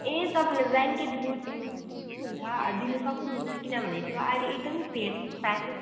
ए तपाईँले blanket good हुन्छ दिनु सक्नु हुन्छ किनभने त्यो अहिले एकदमै फेस फ्या